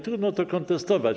Trudno to kontestować.